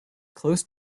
close